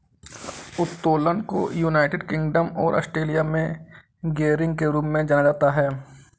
उत्तोलन को United Kingdom और ऑस्ट्रेलिया में गियरिंग के रूप में जाना जाता है